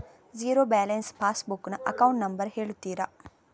Zero balance passbook ನ account number ಹೇಳುತ್ತೀರಾ?